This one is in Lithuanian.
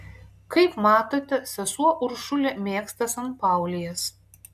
kaip matote sesuo uršulė mėgsta sanpaulijas